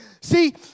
See